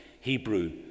Hebrew